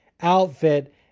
outfit